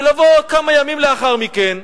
וכמה ימים לאחר מכן,